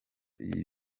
iyi